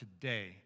today